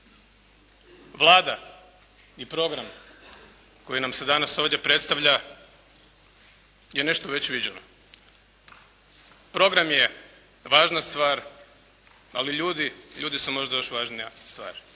Vlada i program koji nam se danas ovdje predstavlja je nešto već viđeno. Program je važna stvar, ali ljudi, ljudi su još možda važnija stvar